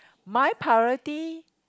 my priority